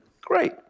Great